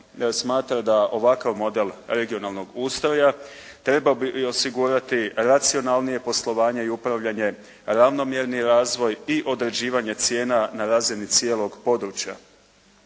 smatra da ovakav model regionalnog ustroja treba osigurati racionalnije poslovanje i upravljanje, ravnomjerni razvoj i određivanje cijena na razini cijelog područja.